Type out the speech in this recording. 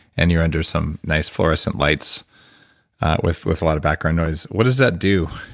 and you're under some nice fluorescent lights with with a lot of background noise, what does that do?